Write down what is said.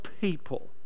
people